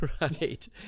Right